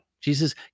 Jesus